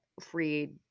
free